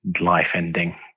life-ending